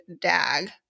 Dag